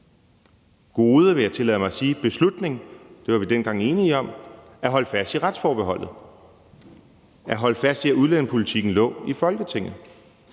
gode, vil jeg tillade mig at sige, beslutning, for det var vi dengang enige om, at holde fast i retsforbeholdet og at holde fast i, at udlændingepolitikken lå i Folketinget.